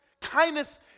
kindness